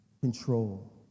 control